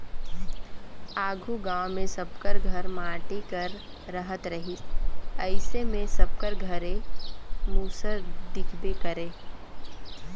आघु गाँव मे सब कर घर माटी कर रहत रहिस अइसे मे सबकर घरे मूसर दिखबे करे